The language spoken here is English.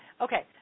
okay